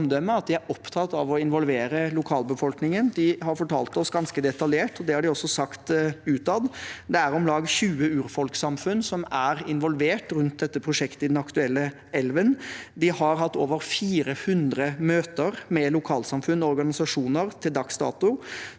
de er opptatt av å involvere lokalbefolkningen. Det de har fortalt oss, er ganske detaljert, og de har også sagt det utad. Det er om lag 20 urfolkssamfunn som er involvert rundt dette prosjektet, i den aktuelle elven, og de har til dags dato hatt over 400 møter med lokalsamfunn og organisasjoner. Det er to